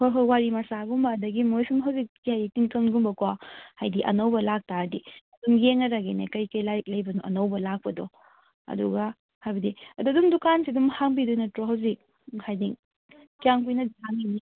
ꯍꯣꯏ ꯍꯣꯏ ꯋꯥꯔꯤ ꯃꯆꯥꯒꯨꯝꯕ ꯑꯗꯒꯤ ꯃꯣꯏ ꯁꯨꯝ ꯍꯧꯖꯤꯛ ꯀꯔꯤ ꯇ꯭ꯋꯤꯡꯀꯜꯒꯨꯝꯕꯀꯣ ꯍꯥꯏꯗꯤ ꯑꯅꯧꯕ ꯂꯥꯛꯇꯥꯔꯗꯤ ꯑꯗꯨꯝ ꯌꯦꯡꯉꯗꯒꯤꯅꯦ ꯀꯔꯤ ꯀꯔꯤ ꯂꯥꯏꯔꯤꯛ ꯂꯩꯕꯅꯣ ꯑꯅꯧꯕ ꯂꯥꯀꯄꯗꯣ ꯑꯗꯨꯒ ꯍꯥꯏꯕꯗꯤ ꯑꯗꯨ ꯑꯗꯨꯝ ꯗꯨꯀꯥꯟꯁꯤ ꯑꯗꯨꯝ ꯍꯥꯡꯕꯤꯗꯣꯏ ꯅꯠꯇ꯭ꯔꯣ ꯍꯧꯖꯤꯛ ꯍꯥꯏꯗꯤ ꯀꯌꯥꯝ ꯀꯨꯏꯅꯗꯤ ꯍꯥꯡꯈꯤꯅꯤ